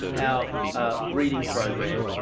our reading program,